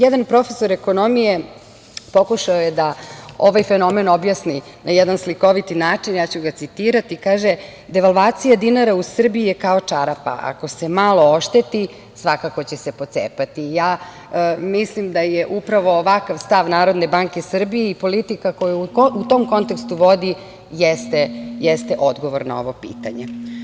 Jedan profesor ekonomije pokušao je da ovaj fenomen objasni na jedan slikovit način, ja ću ga citirati, kaže – „Devalvacija dinara u Srbiji je kao čarapa, ako se malo ošteti svakako će se pocepati.“ Mislim da je upravo ovakav stav NBS i politika koja u tom kontekstu vodi jeste odgovor na ovo pitanje.